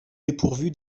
dépourvu